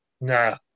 Nah